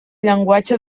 llenguatge